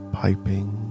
piping